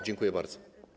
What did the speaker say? Dziękuję bardzo.